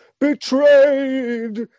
Betrayed